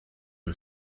and